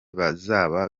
bazaba